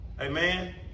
Amen